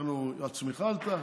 והצמיחה עלתה.